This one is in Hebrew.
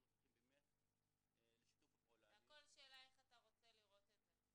אנחנו צריכים באמת --- זה הכול שאלה של איך אתה רוצה לראות את זה.